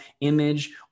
image